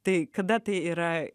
tai kada tai yra